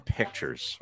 pictures